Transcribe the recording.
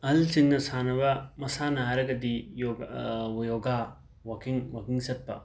ꯑꯍꯜꯁꯤꯡꯅ ꯁꯥꯟꯅꯕ ꯃꯁꯥꯟꯅ ꯍꯥꯏꯔꯒꯗꯤ ꯌꯣꯒ ꯋꯣꯌꯣꯒꯥ ꯋꯥꯀꯤꯡ ꯋꯥꯀꯤꯡ ꯆꯠꯄ